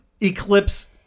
eclipse